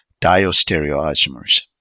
diastereoisomers